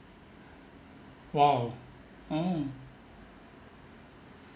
!wow! oh